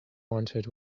wanted